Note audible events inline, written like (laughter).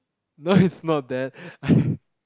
no it's not that I (breath)